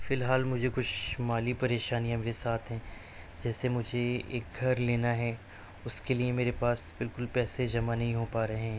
فی الحال مجھے کچھ مالی پریشانیاں میرے ساتھ ہیں جیسے مجھے ایک گھر لینا ہے اس کے لیے میرے پاس بالکل پیسے جما نہیں ہو پا رہے ہیں